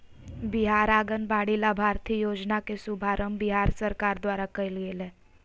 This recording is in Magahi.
बिहार आंगनबाड़ी लाभार्थी योजना के शुभारम्भ बिहार सरकार द्वारा कइल गेलय